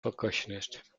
percussionist